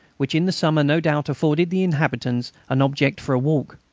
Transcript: which in the summer no doubt afforded the inhabitants an object for a walk.